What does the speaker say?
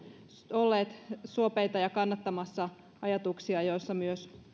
olleet suopeita ja kannattamassa ajatuksia joissa myös